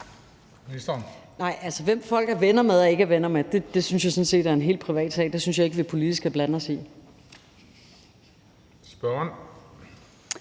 hvem folk er venner med og ikke er venner med, synes jeg sådan set er en helt privat sag. Det synes jeg ikke vi politisk skal blande os i. Kl.